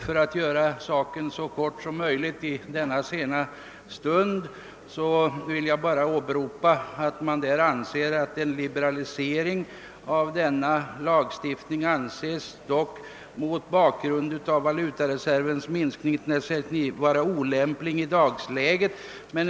För att fatta mig så kort som möjligt i denna sena stund vill jag bara åberopa, att motionärerna anser en liberalisering av valutaregleringen mot bakgrund av valutareservens minskning 1969 vara olämplig i dagsläget.